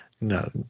no